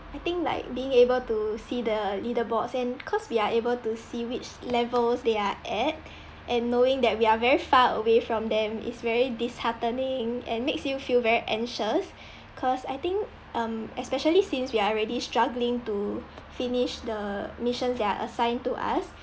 I think like being able to see the leader boards and cause we are able to see which levels they're at and knowing that we're very far away from them is very disheartening and makes you feel very anxious cause I think um especially since we are already struggling to finish the missions that are assigned to us